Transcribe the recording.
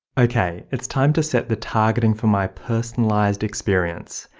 okay, it's time to set the targeting for my personalized experience.